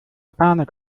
panik